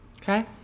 Okay